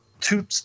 two